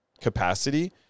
capacity